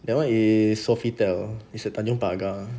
that one is sofitel is at tanjong pagar